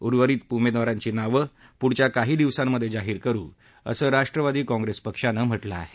उर्वरीत उमेदवारांची नावं पुढच्या काही दिवसांमध्ये जाहीर करू असं राष्ट्रवादी काँग्रेस पक्षानं म्हटलं आहे